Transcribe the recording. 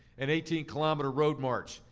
an eighteen kilometer road march.